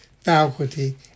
faculty